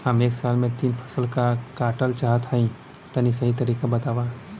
हम एक साल में तीन फसल काटल चाहत हइं तनि सही तरीका बतावा?